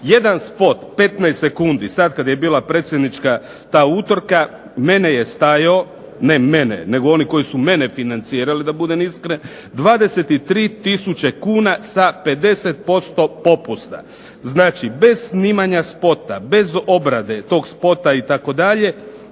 Jedan spot 15 sekundi, sad kad je bila predsjednička utrka mene je stajao, ne mene nego one koji su mene financirali da budem iskren, 23 tisuće kuna sa 50% popusta. Znači, bez snimanja spota, bez obrade tog spota itd.